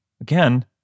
again